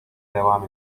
devam